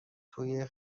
توی